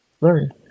learn